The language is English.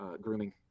grooming